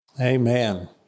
Amen